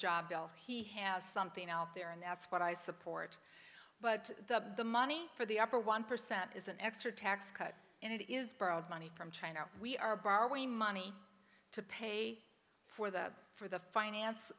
bill he has something out there and that's what i support but the money for the upper one percent is an extra tax cut and it is borrowed money from china we are borrowing money to pay for that for the finance